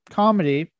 comedy